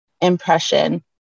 impression